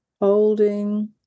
holding